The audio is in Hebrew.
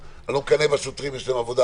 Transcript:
אני לא מקנא בשוטרים, יש להם עבודה